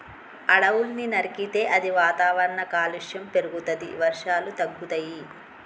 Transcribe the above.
అడవుల్ని నరికితే అది వాతావరణ కాలుష్యం పెరుగుతది, వర్షాలు తగ్గుతయి